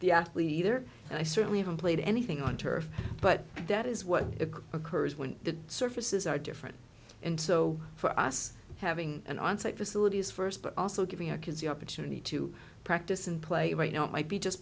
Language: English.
the athlete either and i certainly haven't played anything on turf but that is what occurs when the surfaces are different and so for us having an onsite facility is first but also giving our kids the opportunity to practice and play right now it might be just